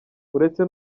uretse